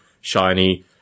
shiny